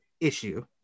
issue